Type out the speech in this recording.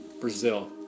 Brazil